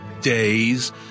days